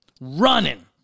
running